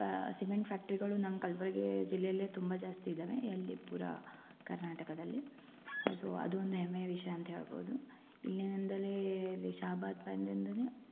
ಫ್ಯಾ cement ಫ್ಯಾಕ್ಟ್ರಿಗಳು ನಮ್ಮ ಕಲ್ಬುರ್ಗಿ ಜಿಲ್ಲೆಲಿ ತುಂಬ ಜಾಸ್ತಿ ಇದ್ದಾವೆ ಎಲ್ಲಿ ಪೂರಾ ಕರ್ನಾಟಕದಲ್ಲಿ ಸೊ ಅದು ಒಂದು ಹೆಮ್ಮೆಯ ವಿಷಯ ಅಂತ ಹೇಳ್ಬೌದು ಇಲ್ಲಿನಿಂದಲೇ ಇಲ್ಲಿ ಶಹಾಬಾದ್ ಇಂದಲೇ